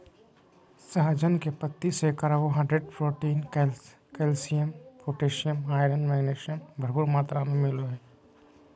सहजन के पत्ती से carbohydrate, protein, calcium, potassium, iron, magnesium, भरपूर मात्रा में मिलो हइ